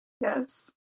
Yes